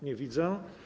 Nie widzę.